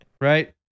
right